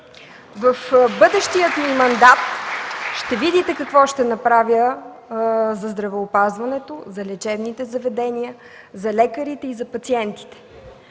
В бъдещия ми мандат ще видите какво ще направя за здравеопазването, за лечебните заведения, за лекарите и за пациентите,